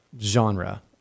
genre